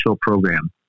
program